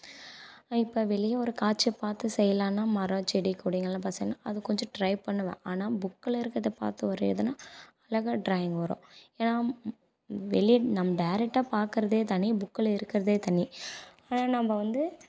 இப்போ வெளியே ஒரு காட்சியை பார்த்து செய்யலான்னா மரம் செடி கொடிங்கள்லாம் பார்த்து செய்யலாம் அது கொஞ்சம் ட்ரை பண்ணுவேன் ஆனால் புக்கில் இருக்கிறத பார்த்து வரையறதுன்னால் அழகாக ட்ராயிங் வரும் ஏன்னால் வெளியே நம் டேரெக்டாக பார்க்குறதே தனி புக்கில் இருக்குறதே தனி ஆனால் நம்ப வந்து